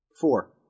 four